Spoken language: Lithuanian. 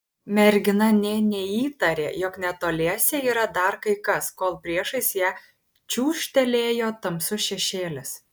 mergina nė neįtarė jog netoliese yra dar kai kas kol priešais ją čiūžtelėjo tamsus šešėlis